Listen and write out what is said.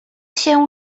się